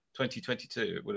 2022